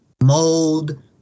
mold